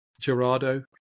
Gerardo